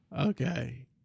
Okay